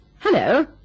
hello